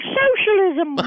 socialism